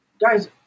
guys